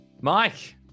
Mike